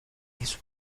his